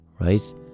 ...right